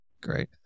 Great